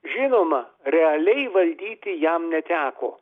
žinoma realiai valdyti jam neteko